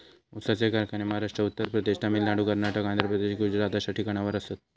ऊसाचे कारखाने महाराष्ट्र, उत्तर प्रदेश, तामिळनाडू, कर्नाटक, आंध्र प्रदेश, गुजरात अश्या ठिकाणावर आसात